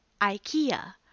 Ikea